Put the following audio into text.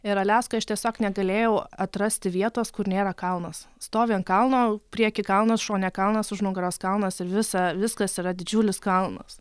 ir aliaskoj aš tiesiog negalėjau atrasti vietos kur nėra kalnas stovi ant kalno prieky kalnas šone kalnas už nugaros kalnas ir visa viskas yra didžiulis kalnas